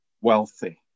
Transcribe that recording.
wealthy